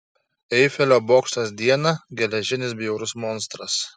eifelio bokštas dieną geležinis bjaurus monstras